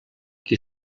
qui